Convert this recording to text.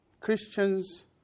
Christians